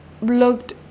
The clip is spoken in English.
looked